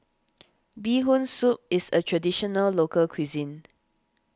Bee Hoon Soup is a Traditional Local Cuisine